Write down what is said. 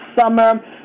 summer